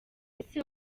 ese